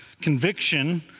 Conviction